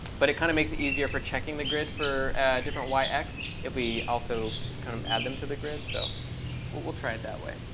but it kind of makes it easier for checking the grid for different y, x if we also just kind of add them to the grid. so we'll try it that way.